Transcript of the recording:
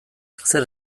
zer